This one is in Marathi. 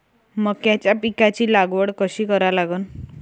मक्याच्या पिकाची लागवड कशी करा लागन?